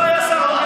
ולא היה שר במליאה.